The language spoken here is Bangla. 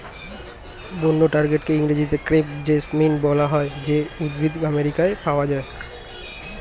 বন্য টগরকে ইংরেজিতে ক্রেপ জেসমিন বলা হয় যে উদ্ভিদ আমেরিকায় পাওয়া যায়